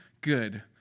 good